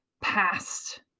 past